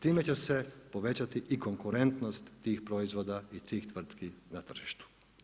Time će se povećati i konkurentnost tih proizvoda i tih tvrtki na tržištu.